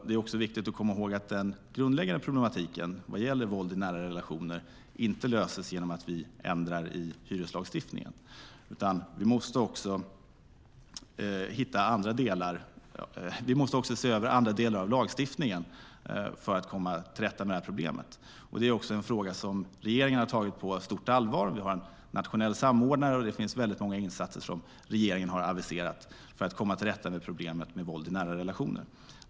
Det är också viktigt att komma ihåg att den grundläggande problematiken med våld i nära relationer inte löses genom att vi ändrar i hyreslagstiftningen, utan vi måste också se över andra delar av lagstiftningen för att komma till rätta med det problemet. Det är också en fråga som regeringen har tagit på stort ansvar, vi har en nationell samordnare och det finns väldigt många insatser som regeringen har aviserat för att komma till rätta med problemet med våld i nära relationer.